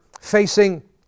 facing